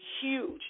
huge